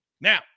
Now